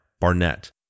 Barnett